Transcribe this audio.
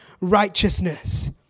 righteousness